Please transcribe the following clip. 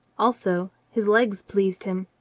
also his legs pleased him.